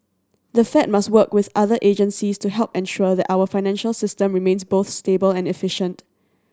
the Fed must work with other agencies to help ensure that our financial system remains both stable and efficient